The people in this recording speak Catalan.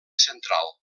central